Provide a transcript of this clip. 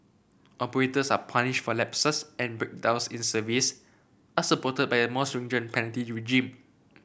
operators are punished for lapses and breakdowns in service and supported by a more stringent penalty regime